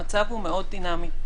המצב הוא מאוד דינמי,